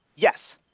yes